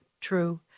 true